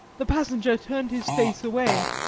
the passenger turned his face away,